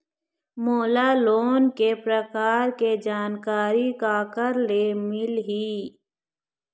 मोला लोन के प्रकार के जानकारी काकर ले मिल ही?